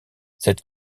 cette